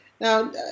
Now